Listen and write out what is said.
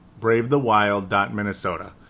BraveTheWild.Minnesota